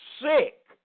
sick